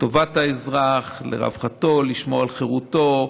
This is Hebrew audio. לטובת האזרח, לרווחתו, לשמור על חירותו,